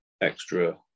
extra